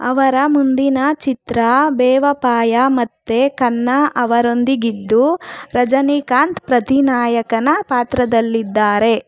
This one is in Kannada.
ಅವರ ಮುಂದಿನ ಚಿತ್ರ ಬೇವಫಾಯಿ ಮತ್ತೆ ಖನ್ನಾ ಅವರೊಂದಿಗಿದ್ದು ರಜನಿಕಾಂತ್ ಪ್ರತಿನಾಯಕನ ಪಾತ್ರದಲ್ಲಿದ್ದಾರೆ